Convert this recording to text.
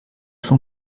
von